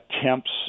attempts